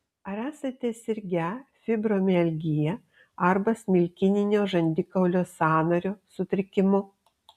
ar esate sirgę fibromialgija arba smilkininio žandikaulio sąnario sutrikimu